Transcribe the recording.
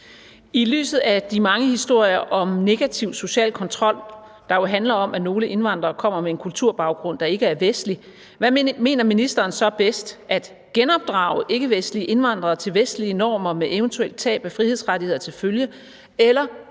I lyset af de mange historier om »negativ social kontrol«, der jo handler om, at nogle indvandrere kommer med en kulturbaggrund, der ikke er vestlig, hvad mener ministeren så er bedst: at genopdrage ikkevestlige indvandrere til vestlige normer med eventuelt tab af frihedsrettigheder til følge eller